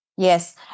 Yes